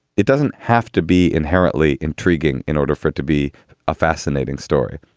it doesn't have to be inherently intriguing. in order for to be a fascinating story.